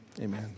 Amen